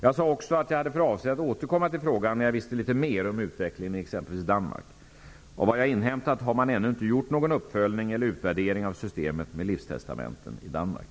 Jag sade också att jag hade för avsikt att återkomma till frågan när jag visse lite mer om utvecklingen i exempelvis Danmark. Av vad jag har inhämtat har man ännu inte gjort någon uppföljning eller utvärdering av systemet med livstestamenten i Danmark.